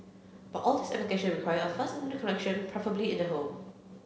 but all these application require a fast Internet connection preferably in the home